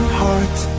heart